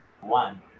One